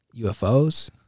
UFOs